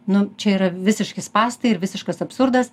nu čia yra visiški spąstai ir visiškas absurdas